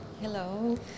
Hello